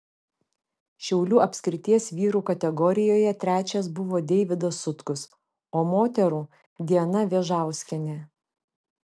šiaulių apskrities vyrų kategorijoje trečias buvo deivydas sutkus o moterų diana vėžauskienė